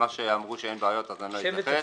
מה שאמרו שאין בעיות אז אני לא אתייחס.